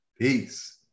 Peace